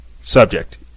subject